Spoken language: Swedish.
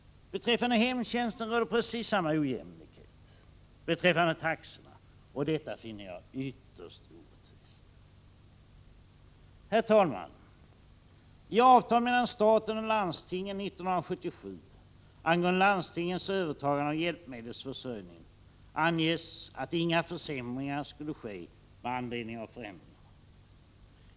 Beträffande taxorna för hemtjänsten råder precis samma ojämlikhet. Detta finner jag ytterst orättvist. Herr talman! I avtal mellan staten och landstinget 1977 angående landstingens övertagande av hjälpmedelsförsörjningen angavs att inga försämringar skulle ske med anledning av förändringarna.